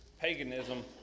paganism